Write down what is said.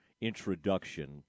introduction